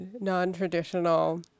non-traditional